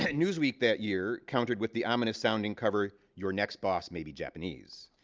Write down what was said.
and newsweek, that year, countered with the ominous sounding cover, your next boss may be japanese.